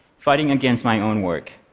fighting against my own work.